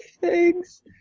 thanks